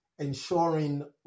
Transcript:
ensuring